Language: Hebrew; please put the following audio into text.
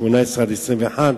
18 21,